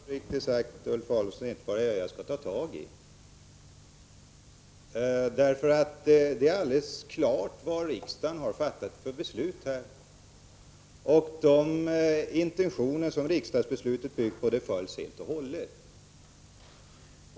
Fru talman! Jag förstår, Ulf Adelsohn, uppriktigt sagt inte vad det är som jag skall ta tag i, eftersom det är alldeles klart vilket beslut riksdagen har fattat. Riksdagsbeslutets intentioner följs också helt och hållet.